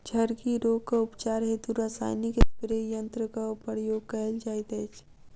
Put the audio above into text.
झड़की रोगक उपचार हेतु रसायनिक स्प्रे यन्त्रकक प्रयोग कयल जाइत अछि